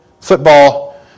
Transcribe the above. football